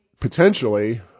potentially